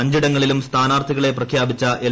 അഞ്ചിടങ്ങളിലും സ്ഥാനാർത്ഥികളെ പ്രഖ്യാപിച്ച എൽ